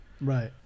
Right